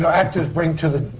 so actors bring to the.